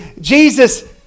Jesus